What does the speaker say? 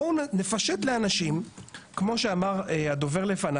בואו נפשט לאנשים כמו שאמר הדובר לפני